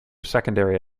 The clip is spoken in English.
secondary